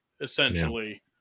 essentially